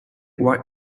white